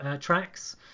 tracks